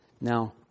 Now